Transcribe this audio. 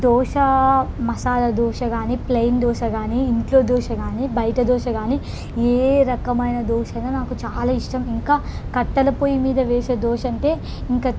దోశ మసాలా దోశ కానీ ప్లేన్ దోశ కానీ ఇంట్లో దోశ కానీ బయట దోశ కానీ ఏ రకమైన దోశ అయిన నాకు చాలా ఇష్టం ఇంకా కట్టెల పొయ్యి మీద వేసే దోశ అంటే ఇంకా